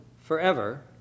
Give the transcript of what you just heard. forever